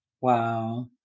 Wow